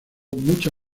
mucha